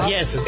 Yes